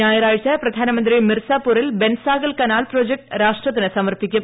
ഞായറാഴ്ച പ്രധാനമന്ത്രി മിർസാപൂറിൽ ബെൻസാഗർ കനാൽ പ്രോജക്ട് രാഷ്ട്രത്തിനു സമർപ്പിക്കും